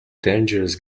dangerous